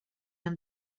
amb